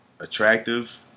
attractive